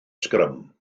sgrym